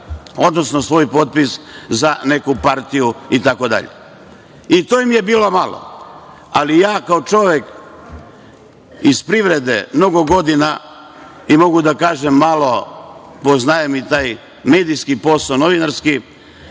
odnosno svoj potpis za neku partiju i tako dalje. I to im je bilo malo. Ali, ja kao čovek iz privrede, mnogo godina i mogu da kažem malo poznajem i taj medijski posao, novinarski,